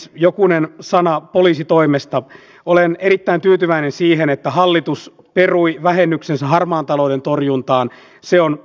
kuten tässä vastauspuheenvuorojenkin aikana tuli esille niin tokihan täytyy aloittaa myös tämä puheenvuoro kiittämällä hallitusta siitä että nyt ensimmäistä kertaa neljään vuoteen kuntataloutta vahvistetaan